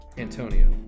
Antonio